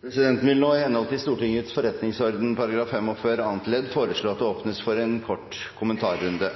Presidenten vil nå i henhold til Stortingets forretningsordens § 45 annet ledd foreslå at det åpnes for en kort kommentarrunde,